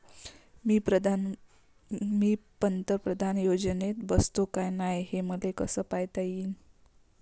मी पंतप्रधान योजनेत बसतो का नाय, हे मले कस पायता येईन?